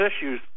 issues